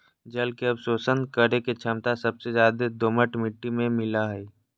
जल के अवशोषण करे के छमता सबसे ज्यादे दोमट मिट्टी में मिलय हई